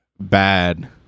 bad